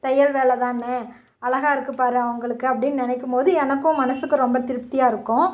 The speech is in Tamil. தையல் வேலை தான் அழகாக இருக்குது பார் அவங்களுக்கு அப்படின்னு நினைக்கும் போது எனக்கும் மனதுக்கு ரொம்ப திருப்தியாக இருக்கும்